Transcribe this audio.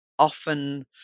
often